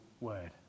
word